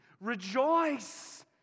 Rejoice